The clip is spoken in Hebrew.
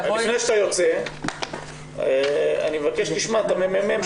לפני שאתה יוצא אני מבקש שתשמע ממרכז המידע והמחקר,